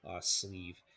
sleeve